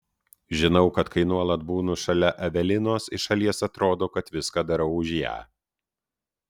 žinau kad kai nuolat būnu šalia evelinos iš šalies atrodo kad viską darau už ją